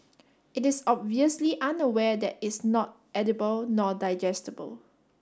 it is obviously unaware that it's not edible nor digestible